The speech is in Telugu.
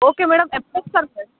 ఓకే మ్యాడమ్ ఎప్పుడు వస్తారు మరి